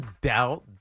doubt